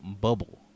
bubble